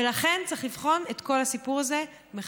ולכן צריך לבחון את כל הסיפור הזה מחדש.